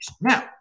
Now